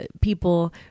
people